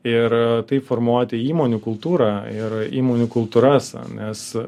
ir taip formuoti įmonių kultūrą ir įmonių kultūras nes